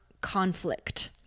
conflict